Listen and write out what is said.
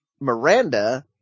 Miranda